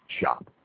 shop